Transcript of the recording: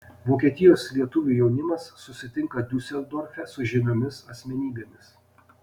vokietijos lietuvių jaunimas susitinka diuseldorfe su žymiomis asmenybėmis